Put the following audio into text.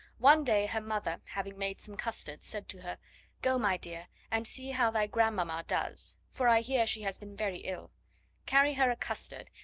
one day her mother, having made some custards, said to her go, my dear, and see how thy grandmamma does, for i hear she has been very ill carry her a custard,